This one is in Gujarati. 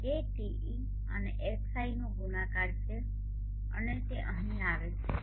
તે KTe અને xiનો ગુણાકાર છે અને તે અહી આવે છે